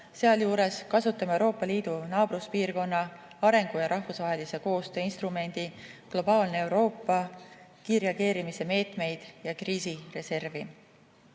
Sealjuures kasutame Euroopa Liidu naabruspiirkonna, arengu- ja rahvusvahelise koostöö instrumendi "Globaalne Euroopa" kiirreageerimise meetmeid ja kriisireservi.